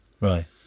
Right